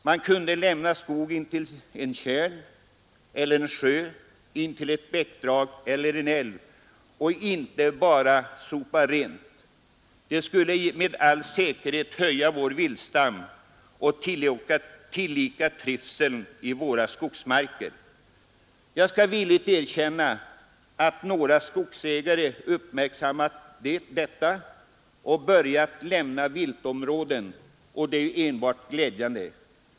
Man kunde lämna skog intill en tjärn eller sjö, intill ett bäckdrag eller en älv och inte bara sopa rent. Det skulle med all säkerhet höja vår viltstam och tillika trivseln i våra skogsmarker. Jag skall villigt erkänna att några skogsägare uppmärksammat detta och börjat lämna viltområden. Det är enbart glädjande.